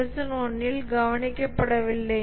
9001 இல் கவனிக்கப்படவில்லை